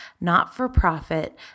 not-for-profit